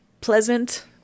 pleasant